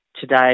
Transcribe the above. today